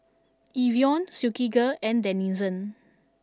Evian Silkygirl and Denizen